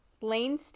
Lane